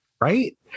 Right